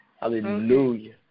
Hallelujah